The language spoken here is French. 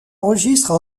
enregistre